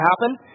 happen